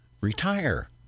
retire